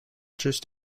just